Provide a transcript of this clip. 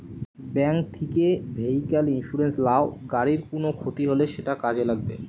bank থিকে vehicle insurance লাও, গাড়ির কুনো ক্ষতি হলে সেটা কাজে লাগবে